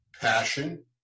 passion